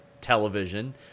television